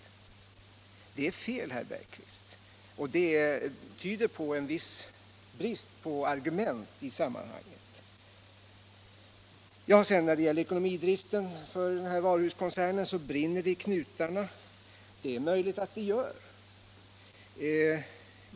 Det är fel, herr Bergqvist, att vi skulle ha medverkat till sådana försvagningar, och det tyder på en viss brist på argument i sammanhanget att göra sådana påståenden. När det sedan gäller ekonomidriften för den aktuella varuhuskoncernen brinner det i knutarna, säger herr Bergqvist. Det är möjligt.